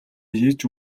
хийж